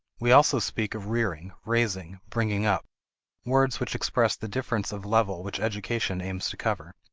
we also speak of rearing, raising, bringing up words which express the difference of level which education aims to cover.